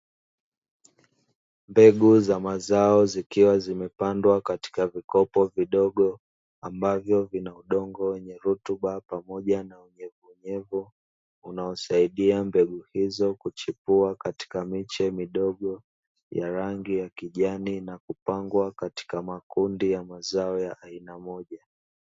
Mbegu za mazao zikiwa zimepandwa katika vikopo vidogo ambavyo vina udongo wenye rutuba pamoja na unyevunyevu, unaosaidia mbegu hizo kuchipua katika miche midogo ya rangi ya kijani na kupangwa katika makundi ya mazao ya aina moja.